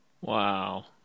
Wow